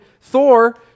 Thor